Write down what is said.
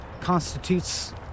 constitutes